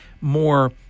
more